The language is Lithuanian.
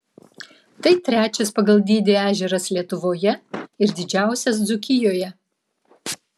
tai trečias pagal dydį ežeras lietuvoje ir didžiausias dzūkijoje